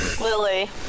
Lily